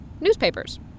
newspapers